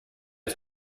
its